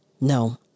no